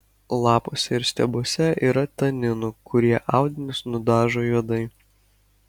lapuose ir stiebuose yra taninų kurie audinius nudažo juodai